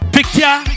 Picture